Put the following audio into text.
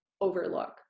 overlook